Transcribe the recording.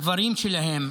בדברים שלהן,